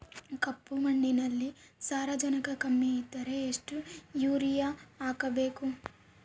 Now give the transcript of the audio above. ಕಪ್ಪು ಮಣ್ಣಿನಲ್ಲಿ ಸಾರಜನಕ ಕಮ್ಮಿ ಇದ್ದರೆ ಎಷ್ಟು ಯೂರಿಯಾ ಹಾಕಬೇಕು?